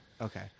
Okay